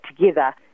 together